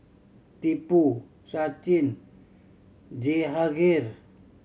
Tipu Sachin Jehangirr